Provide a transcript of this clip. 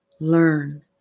learn